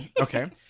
Okay